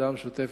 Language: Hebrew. הוועדה המשותפת,